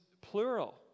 plural